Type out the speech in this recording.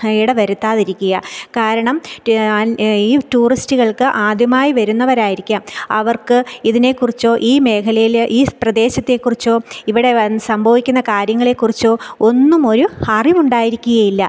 ഇടവരുത്താതിരിക്കുക കാരണം ഈ ടൂറിസ്റ്റുകൾക്ക് ആദ്യമായി വരുന്നവരായിരിക്കാം അവർക്ക് ഇതിനെക്കുറിച്ചോ ഈ മേഖലയിൽ ഈ പ്രദേശത്തെക്കുറിച്ചോ ഇവിടെ വൻ സംഭവിക്കുന്ന കാര്യങ്ങളെ കുറിച്ചോ ഒന്നും ഒരു അറിവ് ഉണ്ടായിരിക്കുകയില്ല